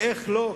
ואיך לא?